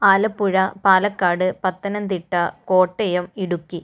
Alappuzha Palakkad Pathanamthitta Kottayam Idukki